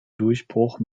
durchbruch